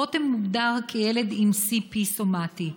רותם מוגדר כילד עם CP סומטי.